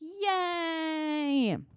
Yay